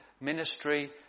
ministry